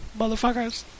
motherfuckers